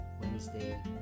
Wednesday